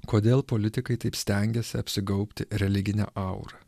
kodėl politikai taip stengiasi apsigaubti religine aura